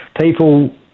people